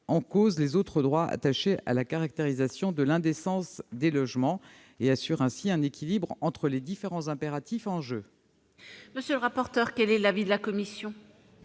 en cause les autres droits attachés à la caractérisation de l'indécence des logements et assure ainsi un équilibre entre les différents impératifs en jeu. Quel est l'avis de la commission ?